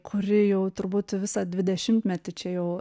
kuri jau turbūt visą dvidešimtmetį čia jau